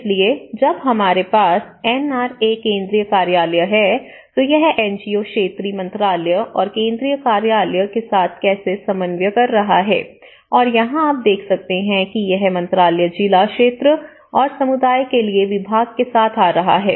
इसलिए जब हमारे पास एन आर ए केंद्रीय कार्यालय है तो यह एनजीओ क्षेत्रीय मंत्रालय और केंद्रीय कार्यालय के साथ कैसे समन्वय कर रहा है और यहां आप देख सकते हैं कि यह मंत्रालय जिला क्षेत्र और समुदाय के लिए विभाग के साथ आ रहा है